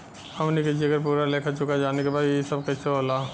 हमनी के जेकर पूरा लेखा जोखा जाने के बा की ई सब कैसे होला?